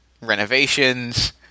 Renovations